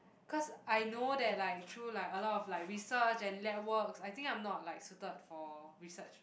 cause I know that like through like a lot of like research and lab works I think I'm not like suited for research